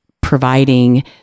providing